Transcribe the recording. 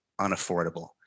unaffordable